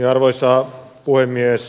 arvoisa puhemies